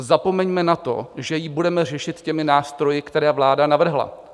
Zapomeňme na to, že ji budeme řešit nástroji, které vláda navrhla.